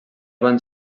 van